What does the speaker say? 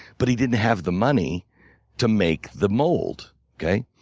but he didn't have the money to make the mold.